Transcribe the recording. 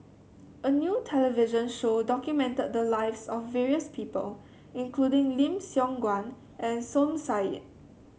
a new television show documented the lives of various people including Lim Siong Guan and Som Said